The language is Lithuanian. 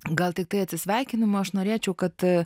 gal tiktai atsisveikindama aš norėčiau kad